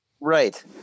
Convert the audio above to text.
right